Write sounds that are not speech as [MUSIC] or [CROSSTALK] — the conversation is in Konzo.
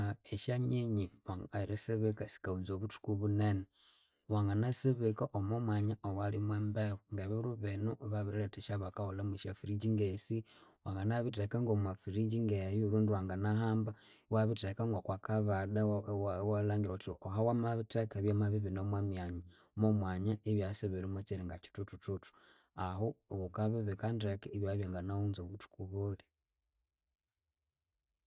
[HESITATION] esyanyinyi [HESITATION] erisibika sikawunza obuthuku bunene, wanginasibika omwamwanya owalimwembehu ebiru binu babiletha esyabakahulamu ngesyafridge ngesi. Wangina bitheka ngomwafridge ngeyu rundi wanginahamba iwabitheka ngokwakabada iwalhangira wuthi ahawamabitheka byamabya ibine omwamyanya omwamwanya ibya isibiri mwe kyiringa kyithuthuthuthu. Ahu wukabibika ndeke ibyabyanginawunza obuthuku buli